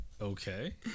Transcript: Okay